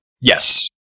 Yes